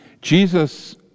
Jesus